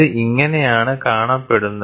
ഇത് ഇങ്ങനെയാണ് കാണപ്പെടുന്നത്